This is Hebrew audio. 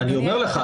אני אומר לך,